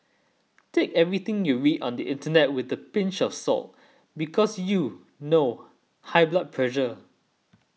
take everything you read on the internet with a pinch of salt because you know high blood pressure